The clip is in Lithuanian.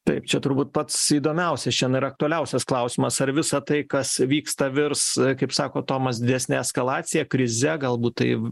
taip čia turbūt pats įdomiausias šian ar aktualiausias klausimas ar visa tai kas vyksta virs kaip sako tomas didesne eskalacija krize galbūt tai